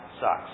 sucks